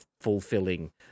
fulfilling